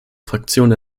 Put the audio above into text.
fraktion